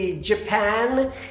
Japan